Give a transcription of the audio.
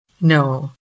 No